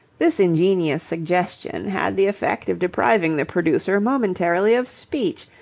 this ingenious suggestion had the effect of depriving the producer momentarily of speech,